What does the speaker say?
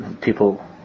people